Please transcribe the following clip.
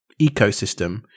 ecosystem